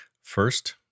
First